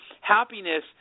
happiness